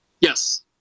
yes